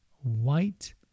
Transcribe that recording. white